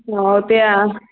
ਹਾਂ ਉਹ ਤਾਂ ਹੈ